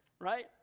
right